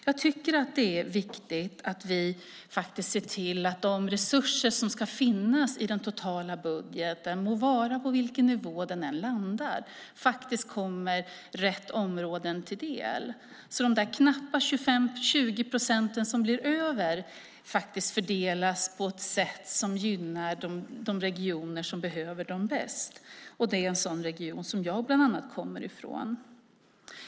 Jag tycker att det är viktigt att vi ser till att de resurser som ska finnas i den totala budgeten, på vilken nivå de än må landa, kommer rätt områden till del så att de knappa 20 procent som blir över fördelas på ett sätt som gynnar de regioner som behöver dem bäst. Det är från en sådan region som bland annat jag kommer.